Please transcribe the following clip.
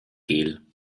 gel